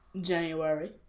January